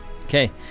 okay